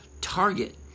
Target